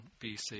BC